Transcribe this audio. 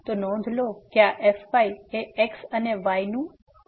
તો નોંધ લો કે આ fy એ x અને y નું ફંક્શન પણ છે